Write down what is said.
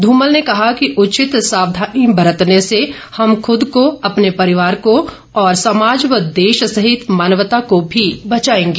धूमल ने कहा कि उचित सावधानी बरतने से हम खूद को अपने परिवार को और समाज व देश सहित मानवता को भी बचाएंगे